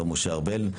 משה ארבל,